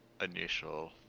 initial